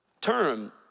term